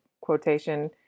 quotation